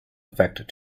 affect